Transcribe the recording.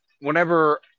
whenever